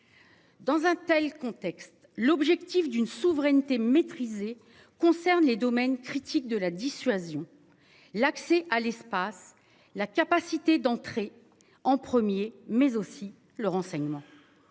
Dans un tel contexte, l'objectif d'une souveraineté maîtriser concernent les domaines critiques de la dissuasion. L'accès à l'espace, la capacité d'entrer en premier mais aussi le renseignement.